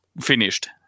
finished